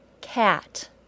cat